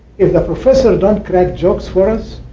if a professor doesn't crack jokes for us,